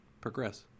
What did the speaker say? progress